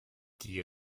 die